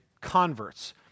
converts